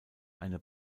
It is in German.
eine